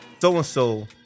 So-and-so